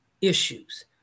issues